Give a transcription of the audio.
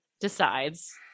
decides